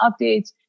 updates